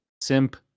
simp